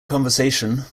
conversation